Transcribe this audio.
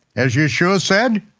as yeshua said,